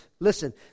Listen